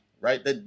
right